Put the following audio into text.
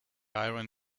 iron